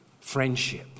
friendship